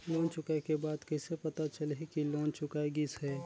Loan चुकाय के बाद कइसे पता चलही कि लोन चुकाय गिस है?